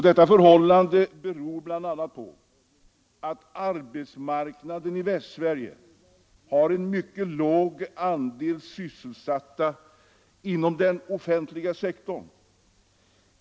Detta förhållande beror bl.a. på att arbetsmarknaden i Västsverige har en mycket låg andel sysselsatta inom den offentliga sektorn.